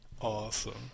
awesome